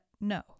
no